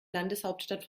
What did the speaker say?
landeshauptstadt